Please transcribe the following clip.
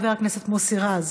חבר הכנסת מוסי רז,